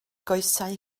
goesau